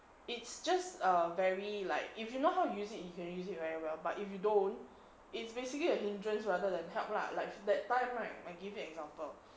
it's just err very like if you know how to use it you can use it very well but if you don't it's basically a hindrance rather than help lah like that time right I give you an example